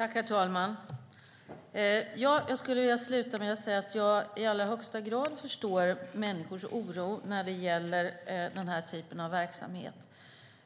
Herr talman! Jag skulle vilja sluta med att säga att jag i allra högsta grad förstår människors oro när det gäller den här typen av verksamhet.